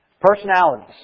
Personalities